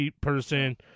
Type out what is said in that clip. person